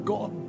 God